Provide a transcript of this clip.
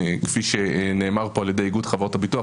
כפי שנאמר פה על ידי איגוד חברות הביטוח,